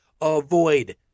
avoid